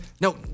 No